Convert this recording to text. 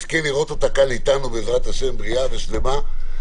נוסחים: נוסח כחול של החלטת הממשלה ונוסח של תיקונים,